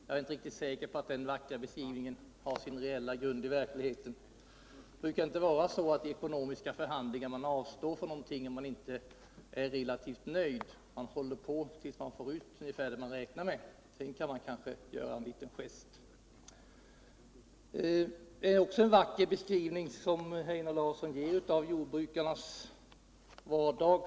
Jag är inte lika säker på att den vackra beskrivningen har sin grund i verkligheten. Det brukar inte vara så i ckonomiska förhandlingar att man avstår från någonting, om man inte är relativt nöjd. Man häller på tills man får ut ungefär det man räknar med; sedan kan man kanske göra en liten gest. Det är också en vacker beskrivning Einar Larsson ger av jordbrukarnas vardag.